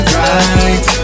right